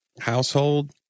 household